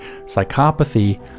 psychopathy